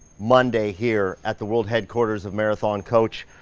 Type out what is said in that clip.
monday here at the world headquarters of marathon coach.